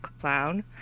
clown